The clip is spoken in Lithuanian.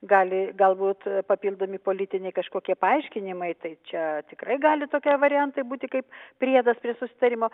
gali galbūt papildomi politiniai kažkokie paaiškinimai tai čia tikrai gali tokie variantai būti kaip priedas prie susitarimo